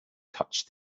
touched